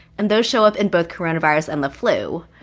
and those show up in both coronavirus and the flu.